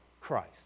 Christ